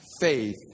faith